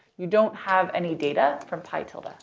you don't have any data from pi tilde. ah